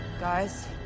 guys